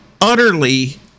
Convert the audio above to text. utterly